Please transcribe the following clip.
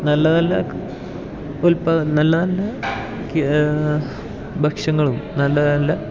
നല്ല നല്ല ഉൽപാം നല്ല നല്ല ഭക്ഷങ്ങളും നല്ല നല്ല